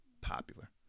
popular